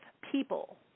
people